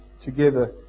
together